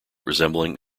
resembling